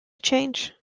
change